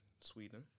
sweden